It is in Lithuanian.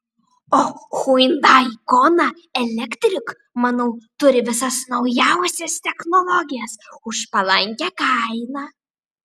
o hyundai kona electric manau turi visas naujausias technologijas už palankią kainą